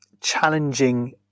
challenging